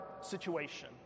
situation